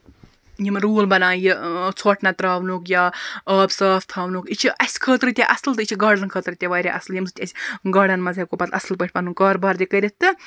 یِم روٗل بَنایہِ ژھۅٹھ نہَ ترٛاونُک یا آب صاف تھاونُک یہِ چھُ اَسہِ خٲطرٕ تہِ اَصٕل بیٚیہِ چھُ گاڈَن خٲطرٕ تہِ واریاہ اَصٕل ییٚمہِ سۭتۍ أسۍ گاڈَن منٛز ہٮ۪کَو پَتہٕ اَصٕل پٲٹھۍ پَنُن کاروبار تہِ کٔرِتھ تہٕ